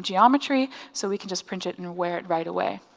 geometry so we can just print it and wear it right away.